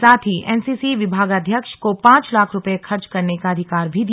साथ ही एनसीसी विभागाध्यक्ष को पांच लाख रुपये खर्च करने का अधिकार भी दिया